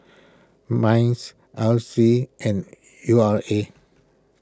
Minds R C and U R A